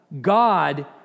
God